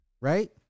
right